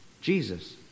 Jesus